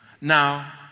Now